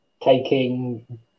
taking